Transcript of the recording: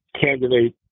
candidate